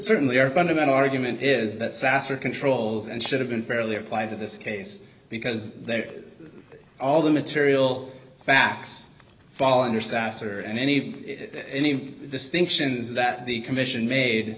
certainly our fundamental argument is that sasser controls and should have been fairly applied to this case because they are all the material facts fall under sasser and any any distinctions that the commission made